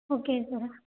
okay sir